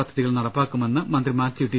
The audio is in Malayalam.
പദ്ധതികൾ നടപ്പാക്കുമെന്ന് മന്ത്രി മാത്യു ടി